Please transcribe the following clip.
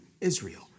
Israel